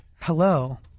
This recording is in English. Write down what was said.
Hello